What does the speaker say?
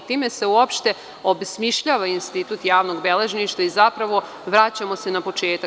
Time, se uopšte obesmišljava institut javnog beležništva i zapravo vraćamo se na početak.